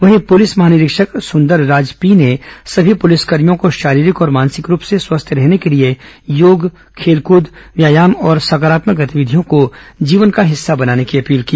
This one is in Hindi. वहीं पुलिस महानिरीक्षक संदरराज पी ने सभी पुलिसकर्भियों को शारीरिक और मानसिक रूप से स्वस्थ रहने के लिए योग खेलकृद व्यायाम और सकारात्मक गंतिविधियों को जीवन का हिस्सा बनाने की अपील की